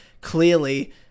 clearly